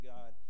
God